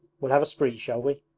we'll have a spree, shall we